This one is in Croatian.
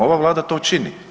Ova Vlada to čini.